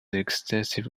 extensive